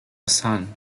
son